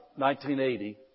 1980